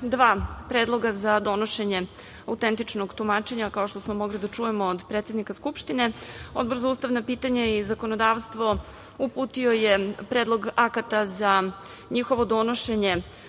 dva predloga za donošenje autentičnog tumačenja, kao što smo mogli da čujemo od predsednika Skupštine. Odbor za ustavna pitanja i zakonodavstvo uputio je Predlog akata za njihovo donošenje